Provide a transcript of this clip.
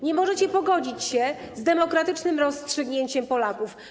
Nie możecie pogodzić się z demokratycznym rozstrzygnięciem Polaków.